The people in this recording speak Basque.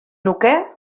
nuke